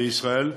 בישראל,